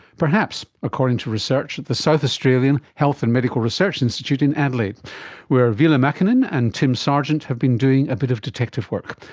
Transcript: perhaps, according to research at the south australian health and medical research institute in adelaide where ville makinen and tim sargeant have been doing a bit of detective work.